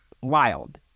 wild